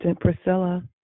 Priscilla